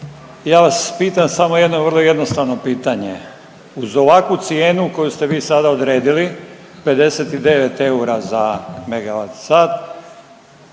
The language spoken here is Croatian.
Ja vas pitam samo jedno vrlo jednostavno pitanje. Uz ovakvu cijenu koju ste vi sada odredili 69 eura za megavat sat